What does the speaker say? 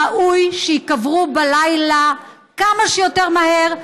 ראוי שייקברו בלילה כמה שיותר מהר,